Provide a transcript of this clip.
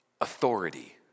authority